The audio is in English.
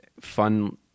fun